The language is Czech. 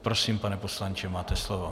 Prosím, pane poslanče, máte slovo.